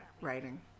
writing